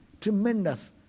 tremendous